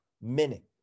minute